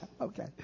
Okay